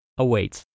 Await